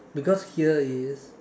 because here is